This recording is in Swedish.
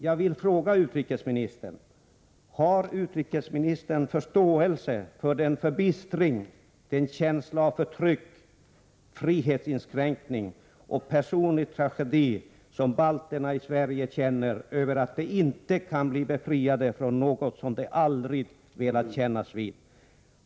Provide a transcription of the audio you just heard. Jag vill fråga utrikesministern: Har utrikesministern förståelse för den förbittring, den känsla av förtryck, frihetsinskränkning och personliga tragedi som balterna i Sverige känner över att de inte kan bli befriade från något som de aldrig har velat kännas vid?